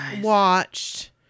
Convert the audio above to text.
watched